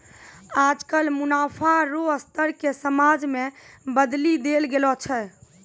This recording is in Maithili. आजकल मुनाफा रो स्तर के समाज मे बदली देल गेलो छै